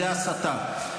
זאת הסתה.